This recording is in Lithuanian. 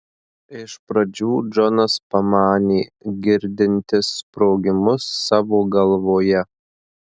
iš pradžių džonas pamanė girdintis sprogimus savo galvoje